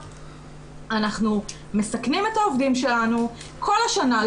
אנחנו מסכנים את העובדים שלנו כל השנה,